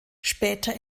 später